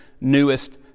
newest